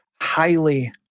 highly